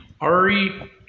Ari